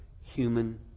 human